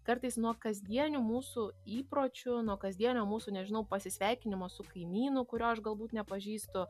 kartais nuo kasdienių mūsų įpročių nuo kasdienio mūsų nežinau pasisveikinimo su kaimynu kurio aš galbūt nepažįstu